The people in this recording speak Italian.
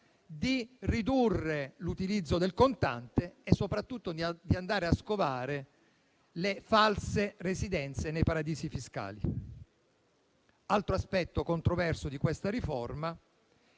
ridurre l'utilizzo del contante e soprattutto di andare a scovare le false residenze nei paradisi fiscali. Altro aspetto controverso di questa riforma